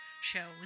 show